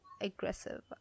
aggressive